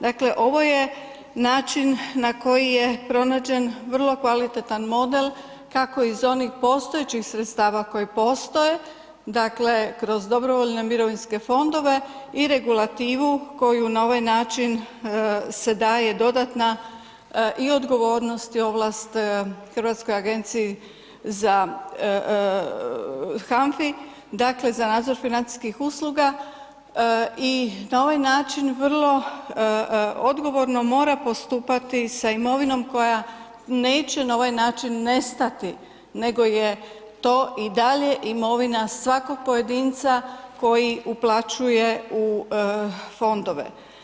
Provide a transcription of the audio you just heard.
Dakle, ovo je način na koji je pronađen vrlo kvalitetan model kako iz onih postojećih sredstva koji postoje, dakle kroz dobrovoljne mirovinske fondove i regulativu koju na ovaj način se daje dodatna i odgovornost i ovlast hrvatskoj agenciji za HANFA-i, dakle za nadzor financijskih usluga i na ovaj način vrlo odgovorno mora postupati sa imovinom koja neće na ovaj način nestati nego je to i dalje imovina svakog pojedina koji uplaćuje u fondove.